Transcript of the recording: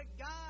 God